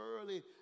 early